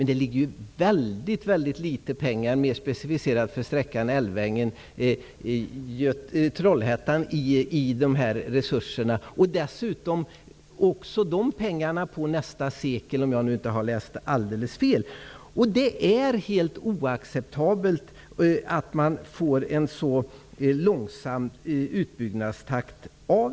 Det ligger väldigt litet specificerade pengar för sträckan Älvängen--Trollhättan, dessutom på nästa sekel om jag inte har läst alldeles fel. Det är helt oacceptabelt med en så långsam utbyggnadstakt.